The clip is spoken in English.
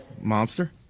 Monster